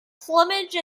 plumage